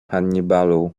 hannibalu